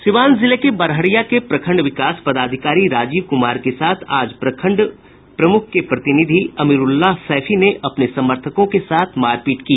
सीवान जिले के बड़हरिया के प्रखंड विकास पदाधिकारी राजीव कुमार के साथ आज प्रखंड प्रमुख के प्रतिनिधि अमिरूल्लाह सैफी ने अपने समर्थकों के साथ मारपीट की